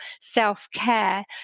self-care